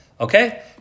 okay